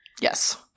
Yes